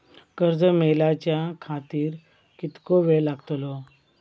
कर्ज मेलाच्या खातिर कीतको वेळ लागतलो?